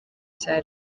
cya